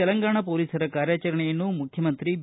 ತೆಲಂಗಾಣ ಪೋಲಿಸರ ಕಾರ್ಯಾಚರಣೆಯನ್ನು ಮುಖ್ಯಮಂತ್ರಿ ಬಿ